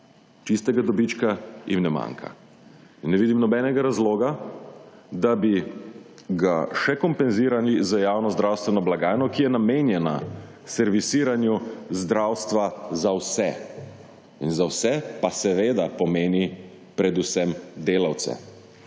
Čistega dobička jim ne manjka. Ne vidim nobenega razloga, da bi ga še kompenzirali z javno zdravstveno blagajno, ki je namenjena servisiranju zdravstva za vse, za vse pa seveda pomeni predvsem delavce,